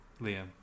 Liam